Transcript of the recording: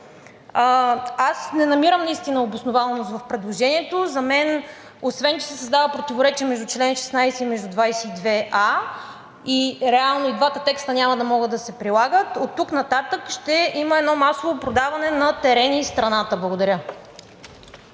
не намирам обоснованост в предложението. За мен, освен че се създава противоречие между чл. 16 и чл. 22а и реално двата текста няма да могат да се прилагат, оттук нататък ще има едно масово продаване на терени из страната. Благодаря.